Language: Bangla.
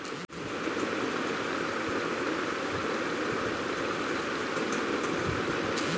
যে চাষের জমিতে খাবার চাষ করা হয় তাকে এগ্রিক্যালচারাল ল্যান্ড বলে